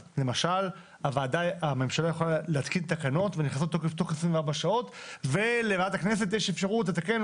אז למשל הממשלה יכולה להתקין תקנות תוך 24 שעות ולכנסת יש אפשרות לתקן,